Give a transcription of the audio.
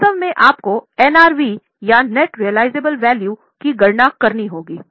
वास्तव में आपको एनआरवी या नेट रियलिबल वैल्यूकी गणना करनी होगी